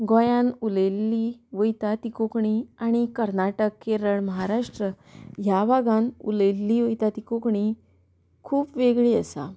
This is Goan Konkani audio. गोंयान उलयल्ली वता ती कोंकणी आनी कर्नाटक केरळ महाराष्ट्र ह्या भागान उलयल्ली वता ती कोंकणी खूब वेगळी आसा